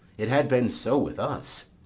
it had been so with us,